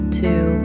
two